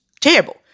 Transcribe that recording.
terrible